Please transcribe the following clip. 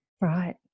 Right